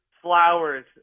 Flowers